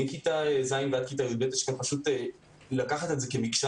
מכיתה ז' ועד כיתה י"ב פשוט לוקחים כמקשה